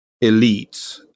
elite